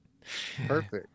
Perfect